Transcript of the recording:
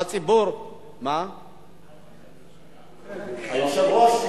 הציבור, הוא כבר חבר בממשלה?